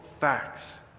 facts